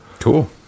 Cool